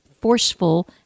forceful